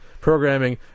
programming